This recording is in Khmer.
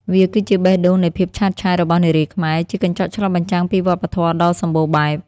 វាគឺជាបេះដូងនៃភាពឆើតឆាយរបស់នារីខ្មែរ ជាកញ្ចក់ឆ្លុះបញ្ចាំងពីវប្បធម៌ដ៏សម្បូរបែប។